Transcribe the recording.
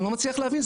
אני לא מצליח להבין,